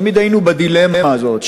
תמיד היינו בדילמה הזאת.